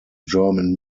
german